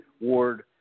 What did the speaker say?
Ward